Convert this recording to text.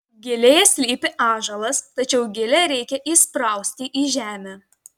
gilėje slypi ąžuolas tačiau gilę reikia įsprausti į žemę